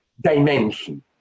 dimension